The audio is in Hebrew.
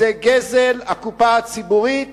זה גזל הקופה הציבורית,